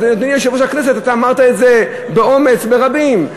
ואדוני יושב-ראש הכנסת, אמרת את זה באומץ, ברבים.